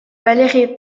valérie